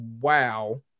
wow